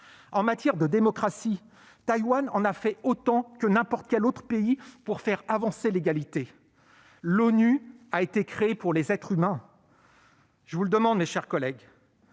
En matière de démocratie, elle en a fait autant que n'importe quel autre pays pour faire avancer l'égalité. L'ONU a été créée pour les êtres humains. Je vous le demande, mes chers collègues,